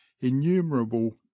innumerable